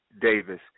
Davis